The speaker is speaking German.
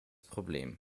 problem